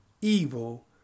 evil